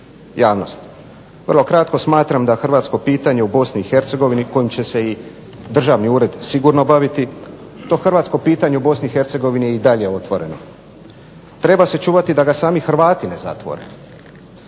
javnosti. Vrlo kratko, smatram da hrvatsko pitanje u BiH kojim će se i državni ured sigurno baviti, to hrvatsko pitanje u BiH je i dalje otvoreno. Treba se čuvati da ga sami Hrvati ne zatvore.